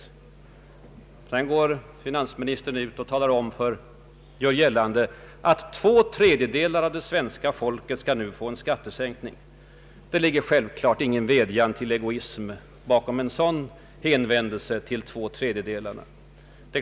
Men samtidigt gör finansministern gällande att två tredjedelar av svenska folket nu skall få en skattesänkning. Det skulle alltså inte ligga någon vädjan till egoism bakom en sådan hänvändelse till två tredjedelar av folket!